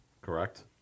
correct